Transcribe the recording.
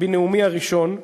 בנאומי הראשון,